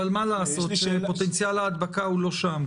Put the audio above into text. אבל מה לעשות, פוטנציאל ההדבקה הוא לא שם.